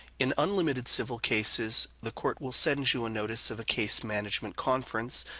in unlimited civil cases, the court will send you a notice of a case management conference,